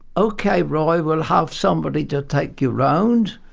okay roy we'll have somebody to take you round.